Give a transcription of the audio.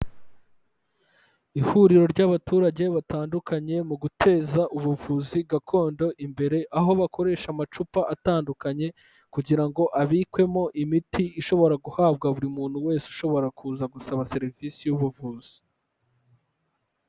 Ihuriro ry'abaturage batandukanye mu guteza ubuvuzi gakondo imbere, aho bakoresha amacupa atandukanye kugira ngo abikwemo imiti ishobora guhabwa buri muntu wese ushobora kuza gusaba serivisi y'ubuvuzi.